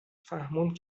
فهموند